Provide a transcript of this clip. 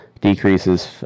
decreases